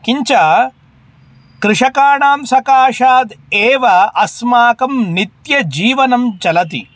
किं च कृषकाणां सकाशात् एव अस्माकं नित्यजीवनं चलति